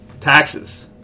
Taxes